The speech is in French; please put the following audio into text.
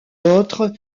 autres